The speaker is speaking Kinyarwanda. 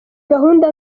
gahunda